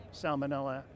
Salmonella